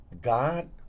God